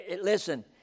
listen